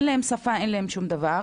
אין להם שפה ואין להם שום דבר,